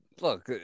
Look